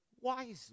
wisely